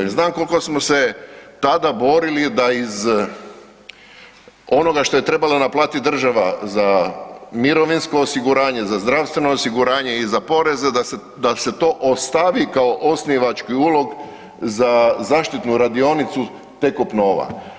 Znam kolko smo se tada borili da iz onoga što je trebala naplatiti država za mirovinsko osiguranje, za zdravstveno osiguranje i za poreze, da se to ostavi kao osnivački ulog za zaštitnu radionicu Tekop Nova.